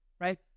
right